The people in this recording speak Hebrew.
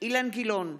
אילן גילאון,